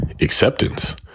acceptance